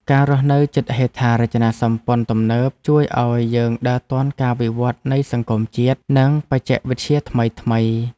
ការរស់នៅជិតហេដ្ឋារចនាសម្ព័ន្ធទំនើប ជួយឱ្យយើងដើរទាន់ការវិវត្តនៃសង្គមជាតិ និងបច្ចេកវិទ្យាថ្មីៗ។